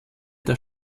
der